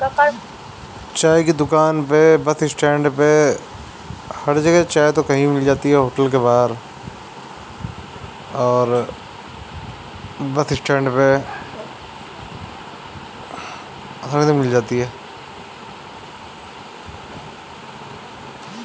भारत में केहू केहू पे नून चाय पियल जाला